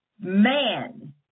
Man